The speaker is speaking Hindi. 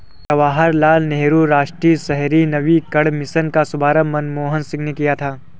जवाहर लाल नेहरू राष्ट्रीय शहरी नवीकरण मिशन का शुभारम्भ मनमोहन सिंह ने किया था